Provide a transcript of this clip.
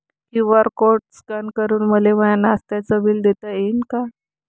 QR code scan करून मले माय नास्त्याच बिल देता येईन का?